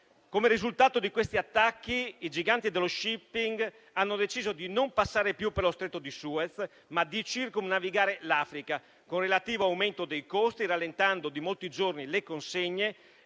Come risultato di questi attacchi, i giganti dello *shipping* hanno deciso di non passare più per lo stretto di Suez, ma di circumnavigare l'Africa, con relativo aumento dei costi, rallentando di molti giorni le consegne